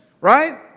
right